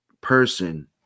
person